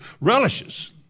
relishes